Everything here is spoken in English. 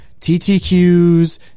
TTQs